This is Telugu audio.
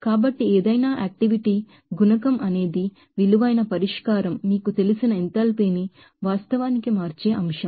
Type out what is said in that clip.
కాబట్టి ఏదైనా యాక్టివిటీ కోఎఫిసిఎంట్ అనేది విలువైన పరిష్కారం మీకు తెలిసిన ఎంథాల్పీని వాస్తవానికి మార్చే అంశం